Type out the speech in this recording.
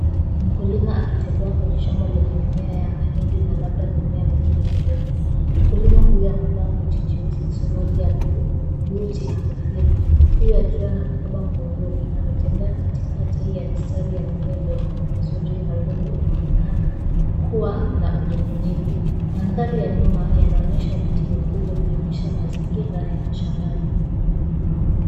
Mkulima akitembea kwenye shamba lenye mimea ya mahindi na labda mimea mingine midogo. Mkulima huyu amevaa koti jeusi, suruali ya bluu, buti na kofia. Huyu akiwa na mkoba mgongoni ametembea katikati ya mistari ya mimea iliyopangwa vizuri na udongo unaonekana kuwa na unyevunyevu. Mandhari ya nyuma yanaonyesha miti mikubwa ikionyesha mazingira ya mashambani.